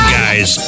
guys